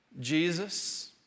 Jesus